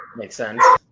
makes sense.